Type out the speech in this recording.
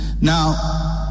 Now